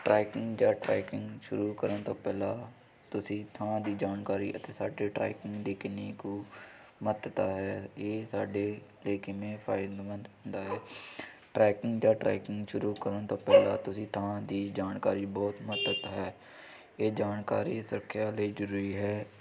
trekking ਜਾਂ trekking ਸ਼ੁਰੂ ਕਰਨ ਤੋਂ ਪਹਿਲਾਂ ਤੁਸੀਂ ਥਾਂ ਦੀ ਜਾਣਕਾਰੀ ਇਥੇ ਸਾਡੇ ਟਰੈਕਿੰਗ ਦੀ ਕਿੰਨੀ ਕੁ ਮਹੱਤਤਾ ਹੈ ਇਹ ਸਾਡੇ 'ਤੇ ਕਿਵੇਂ ਫਾਇਦੇਮੰਦ ਹੁੰਦਾ ਹੈ ਟਰੈਕਿੰਗ ਦਾ ਟਰੈਕਿੰਗ ਸ਼ੁਰੂ ਕਰਨ ਤੋਂ ਪਹਿਲਾਂ ਤੁਸੀਂ ਥਾਂ ਦੀ ਜਾਣਕਾਰੀ ਬਹੁਤ ਮਹੱਤਵ ਹੈ ਇਹ ਜਾਣਕਾਰੀ ਸੁਰੱਖਿਆ ਲਈ ਜ਼ਰੂਰੀ ਹੈ